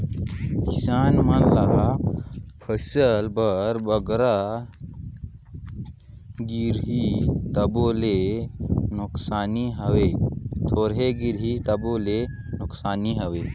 किसान मन ल फसिल बर बगरा गिरही तबो ले नोसकानी हवे, थोरहें गिरही तबो ले नोसकानी हवे